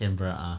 canberra ah